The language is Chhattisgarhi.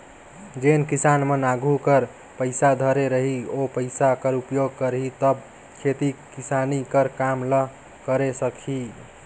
जेन किसान मन आघु कर पइसा धरे रही ओ पइसा कर उपयोग करही तब खेती किसानी कर काम ल करे सकही